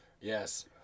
Yes